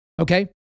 Okay